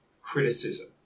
criticism